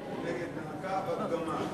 חמור נגד נאקה בת גמל,